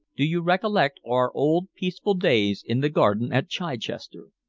do you recollect our old peaceful days in the garden at chichester?